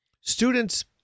students